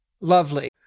Lovely